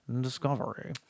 discovery